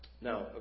Now